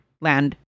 land